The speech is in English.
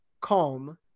calm